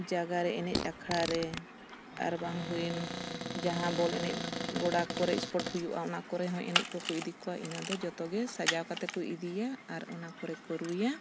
ᱡᱟᱭᱜᱟ ᱨᱮ ᱮᱱᱮᱡ ᱟᱠᱷᱲᱟ ᱨᱮ ᱟᱨ ᱵᱟᱝ ᱦᱩᱭᱮᱱ ᱡᱟᱦᱟᱸ ᱵᱚᱞ ᱮᱱᱮᱡ ᱜᱚᱰᱟ ᱠᱚᱨᱮ ᱥᱯᱳᱨᱴ ᱦᱩᱭᱩᱜᱼᱟ ᱚᱱᱟ ᱠᱚᱨᱮ ᱦᱚᱸ ᱮᱱᱮᱡ ᱠᱚᱠᱚ ᱤᱫᱤ ᱠᱚᱣᱟ ᱤᱱᱟᱹ ᱫᱚ ᱡᱷᱚᱛᱚ ᱜᱮ ᱥᱟᱡᱟᱣ ᱠᱟᱛᱮ ᱠᱚ ᱤᱫᱤᱭᱟ ᱟᱨ ᱚᱱᱟ ᱠᱚᱨᱮ ᱠᱚ ᱨᱩᱭᱟ